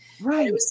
right